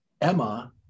Emma